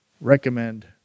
recommend